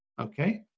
Okay